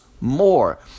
more